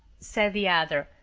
said the other,